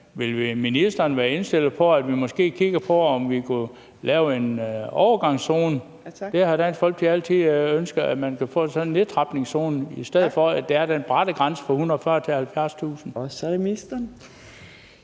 vil ministeren være indstillet på, at vi måske kigger på, om vi kunne lave en overgangszone? Det har Dansk Folkeparti altid ønsket, altså at man kunne få sådan en nedtrapningszone, i stedet for at der er den bratte grænse fra 140.000 kr. til 70.000 kr.